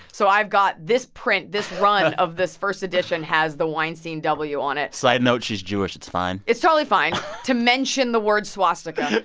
so i've got this print. this run of this first edition has the weinstein w on it side note she's jewish. it's fine it's totally fine to mention the word swastika.